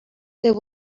there